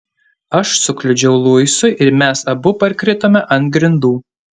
aš sukliudžiau luisui ir mes abu parkritome ant grindų